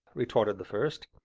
retorted the first.